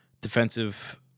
defensive